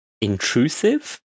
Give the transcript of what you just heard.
intrusive